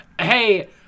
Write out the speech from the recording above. Hey